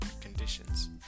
conditions